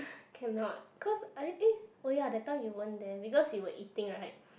cannot cause I eh oh ya that time you weren't there because you were eating right